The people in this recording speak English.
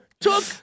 took